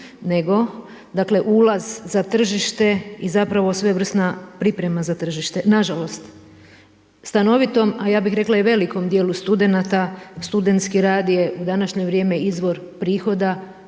dakle ulaz za tržište i zapravo svojevrsna priprema za tržište. Nažalost, stanovitom a ja bih rekla i velikom dijelu studenata studentski rad je u današnje vrijeme izvor prihoda